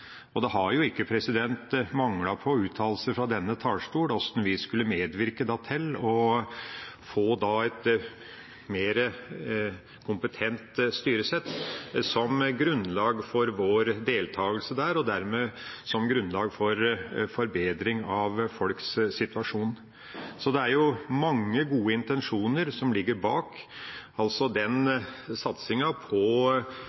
og det har ikke manglet på uttalelser fra denne talerstol med hensyn til hvordan vi skulle medvirke til å få et mer kompetent styresett som grunnlag for vår deltakelse der, og dermed som grunnlag for forbedring av folks situasjon. Så det er mange gode intensjoner som ligger bak den satsinga på